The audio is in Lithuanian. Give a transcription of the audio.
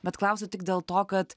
bet klausiu tik dėl to kad